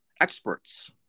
experts